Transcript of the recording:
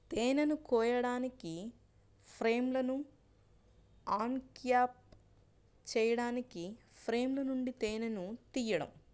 తేనెను కోయడానికి, ఫ్రేమ్లను అన్క్యాప్ చేయడానికి ఫ్రేమ్ల నుండి తేనెను తీయడం